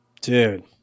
Dude